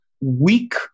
weak